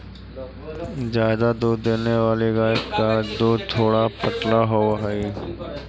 ज्यादा दूध देने वाली गाय का दूध थोड़ा पतला होवअ हई